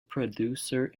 producer